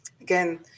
again